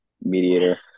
mediator